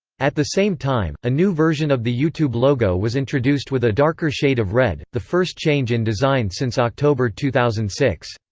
at the same time, a new version of the youtube logo was introduced with a darker shade of red, the first change in design since october two thousand and six.